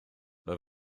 mae